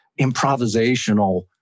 improvisational